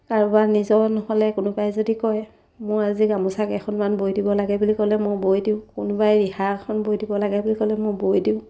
কাৰোবাৰ নিজৰ নহ'লে কোনোবাই যদি কয় মোৰ আজি গামোচা কেইখনমান বৈ দিব লাগে বুলি ক'লে মই বৈ দিওঁ কোনোবাই ৰিহা এখন বৈ দিব লাগে বুলি ক'লে মই বৈ দিওঁ